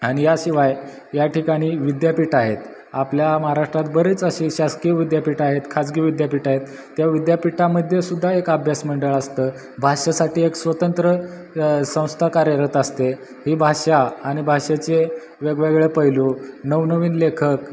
आणि याशिवाय या ठिकाणी विद्यापीठ आहेत आपल्या महाराष्ट्रात बरेच असे शासकीय विद्यापीठं आहेत खाजगी विद्यापीठं आहेत त्या विद्यापीठामध्ये सुद्धा एक अभ्यासमंडळ असतं भाषेसाठी एक स्वतंत्र संस्था कार्यरत असते ही भाषा आणि भाषेचे वेगवेगळे पैलू नवनवीन लेखक